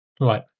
right